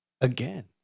again